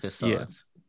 yes